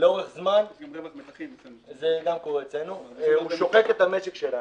לאורך זמן שוחק את המשק שלנו.